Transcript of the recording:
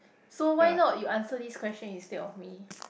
so why not you answer this question instead of me